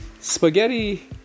Spaghetti